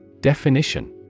Definition